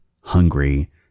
hungry